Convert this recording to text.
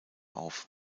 auf